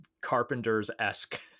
carpenters-esque